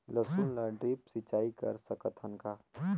लसुन ल ड्रिप सिंचाई कर सकत हन का?